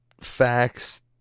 facts